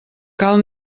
cal